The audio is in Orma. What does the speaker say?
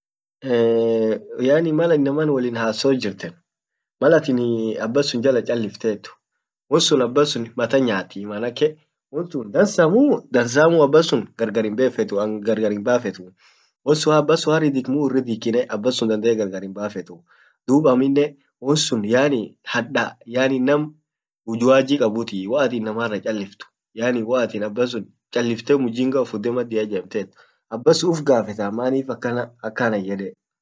yaani mal inaman wollin hasorr jirten malatin abbasun jala chalifftet wonsun abbasun mat nyaaati maanake won sun dansa muu dansamuu abbansun gargar himbefetuu an gargar himbafettuu wonsun abbasun haridhik muu hinridhikine dandee gargar himbafettu dub aminnen won sun yaani hadda yaani nam ujuaji kabutii waatin nam waatin inamara chalift yaani waatin abbasun chalifte mujinga uf udde maddia ijemtet abbasun uf gafettaa manif akana akan anan yede.